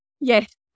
Yes